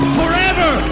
forever